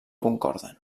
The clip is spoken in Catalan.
concorden